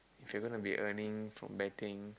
if you're gonna be earning from betting